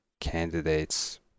candidates